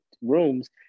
rooms